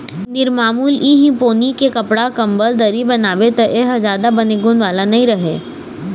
निरमामुल इहीं पोनी के कपड़ा, कंबल, दरी बनाबे त ए ह जादा बने गुन वाला नइ रहय